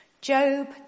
Job